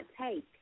take